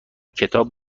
کتاب